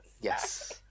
Yes